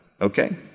okay